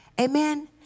Amen